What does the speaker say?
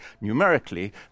numerically